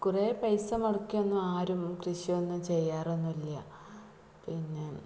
കുറേ പൈസ മുടക്കിയൊന്നും ആരും കൃഷിയൊന്നും ചെയ്യാറൊന്നുമില്ല പിന്നെ